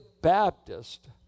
Baptist